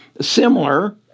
Similar